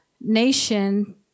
nation